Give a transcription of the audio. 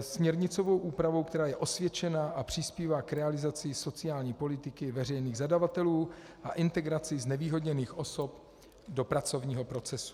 směrnicovou úpravou, která je osvědčená a přispívá k realizaci sociální politiky veřejných zadavatelů a integraci znevýhodněných osob do pracovního procesu.